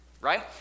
right